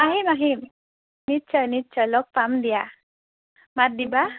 আহিম আহিম নিশ্চয় নিশ্চয় লগ পাম দিয়া মাত দিবা